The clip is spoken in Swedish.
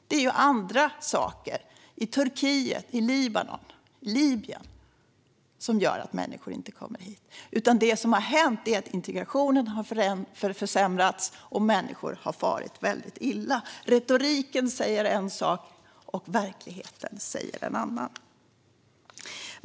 Det är andra saker, i Turkiet, Libanon och Libyen, som gör att människor inte kommer hit. Det som har hänt är i stället att integrationen har försämrats och människor har farit väldigt illa. Retoriken säger en sak, och verkligheten säger en annan.